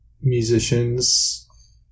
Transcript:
musicians